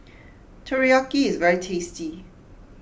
Teriyaki is very tasty